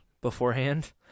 beforehand